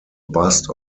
bust